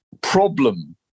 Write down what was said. problem